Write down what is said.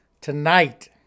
tonight